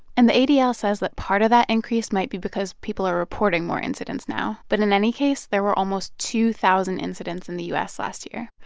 and the adl ah says that part of that increase might be because people are reporting more incidents now but in any case, there were almost two thousand incidents in the u s. last year,